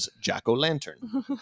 jack-o-lantern